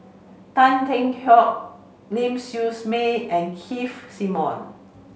Tan Yeok Seong Ling Siew May and Keith Simmons